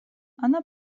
она